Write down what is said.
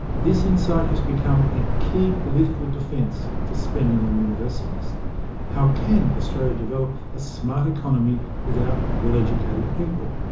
this insight has become a key political defence for spending on universities how can australia develop a smart economy without well-educated people?